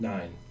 Nine